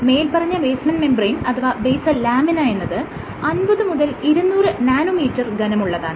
മേല്പറഞ്ഞ basement membrane അഥവാ basal lamina എന്നത് 50 മുതൽ 200 നാനോമീറ്റർ ഘനമുള്ളതാണ്